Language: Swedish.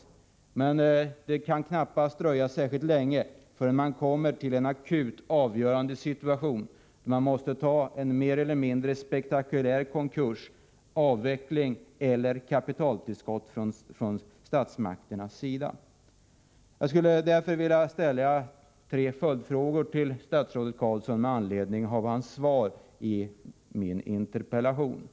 Men det kan knappast dröja särskilt länge förrän man kommer till en akut situation då man måste ta en mer eller mindre spektakulär konkurs eller avveckling om inte statsmakterna skjuter till kapital. Jag skulle därför vilja ställa tre följdfrågor till statsrådet Carlsson med anledning av hans svar på min interpellation. 1.